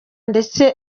ndetse